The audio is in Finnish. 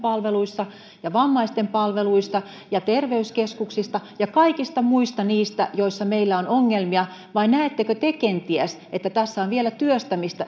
palveluista ja vammaisten palveluista ja terveyskeskuksista ja kaikista niistä muista joissa meillä on ongelmia vai näettekö te kenties että on vielä työstämistä